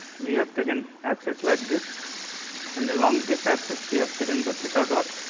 we have taken axis like this and along this axis we have taken the theta dot